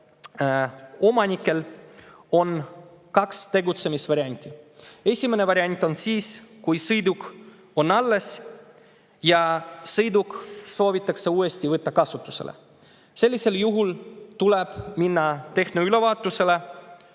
omanikel kaks tegutsemisvarianti. Esimene variant on siis, kui sõiduk on alles ja see soovitakse uuesti kasutusele võtta. Sellisel juhul tuleb minna tehnoülevaatusele,